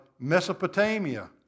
Mesopotamia